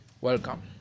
Welcome